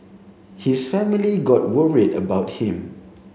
his family got worried about him